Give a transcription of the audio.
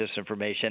disinformation